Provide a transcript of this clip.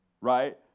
right